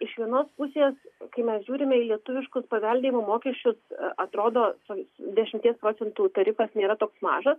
iš vienos pusės kai mes žiūrime į lietuviškus paveldėjimo mokesčius atrodo dešimties procentų tarifas nėra toks mažas